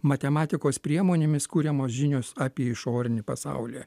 matematikos priemonėmis kuriamos žinios apie išorinį pasaulį